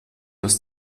aus